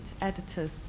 editors